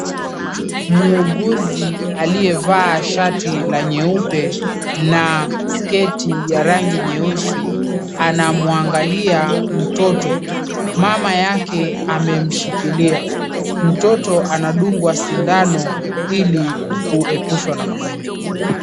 Muuguzi, aliyevaa shati la nyeupe na sketi ya rangi nyeusi, anamwangalia mtoto. Mama yake amemshikilia mtoto anadungwa sindano ili kuepushwa na magonjwa.